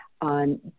on